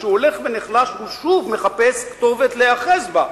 וכשהוא הולך ונחלש הוא שוב מחפש כתובת להיאחז בה.